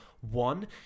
one